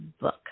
book